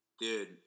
dude